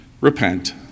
repent